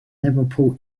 liverpool